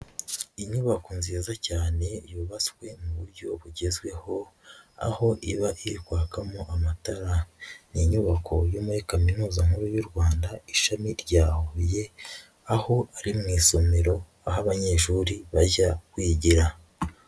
Inyubako nziza cyane yubatswe mu buryo bugezweho aho iba ikwagamo amatara, ni inyubako yo muri kaminuza nkuru y'u Rwanda ishami rya Huye, aho ari mu isomero aho abanyeshuri bajya kwigira.